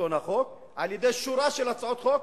לשלטון החוק על-ידי שורה של הצעות חוק,